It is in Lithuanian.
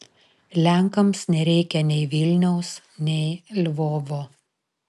lenkams nereikia nei vilniaus nei lvovo